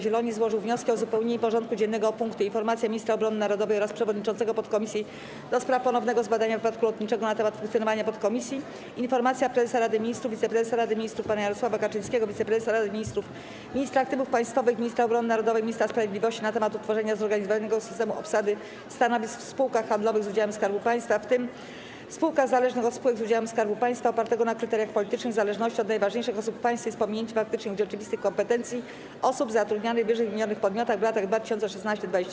Zieloni złożył wniosek o uzupełnienie porządku dziennego o punkty: - Informacja ministra obrony narodowej oraz przewodniczącego Podkomisji ds. Ponownego Zbadania Wypadku Lotniczego na temat funkcjonowania podkomisji, - Informacja prezesa Rady Ministrów, wiceprezesa Rady Ministrów pana Jarosława Kaczyńskiego, wiceprezesa Rady Ministrów, ministra aktywów państwowych, ministra obrony narodowej, ministra sprawiedliwości na temat utworzenia zorganizowanego systemu obsady stanowisk w spółkach handlowych z udziałem Skarbu Państwa (w tym w spółkach zależnych od spółek z udziałem Skarbu Państwa) opartego na kryteriach politycznych zależności od najważniejszych osób w państwie z pominięciem faktycznych i rzeczywistych kompetencji osób zatrudnianych w ww. podmiotach w latach 2016–2021,